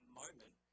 moment